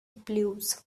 blues